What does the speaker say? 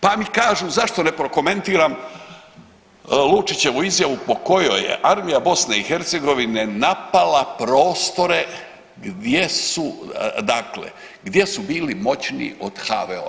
Pa mi kažu zašto ne prokomentiram Lučićevu izjavu po kojoj je armija BiH napala prostore gdje su, dakle gdje su bili moćniji od HVO-a.